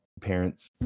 parents